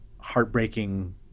heartbreaking